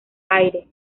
aire